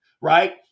right